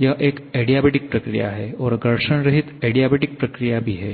यह एक एडियाबेटिक प्रक्रिया है और घर्षण रहित एडियाटिक प्रक्रिया भी है